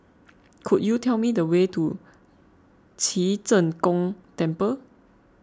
could you tell me the way to Ci Zheng Gong Temple